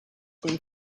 going